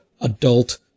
adult